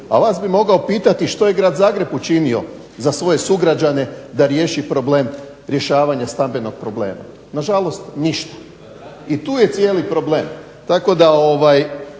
A vas bi mogao pitati što je Grad Zagreb učinio za svoje sugrađane da riješi problem rješavanja stambenog problema. Nažalost, ništa. I tu je cijeli problem.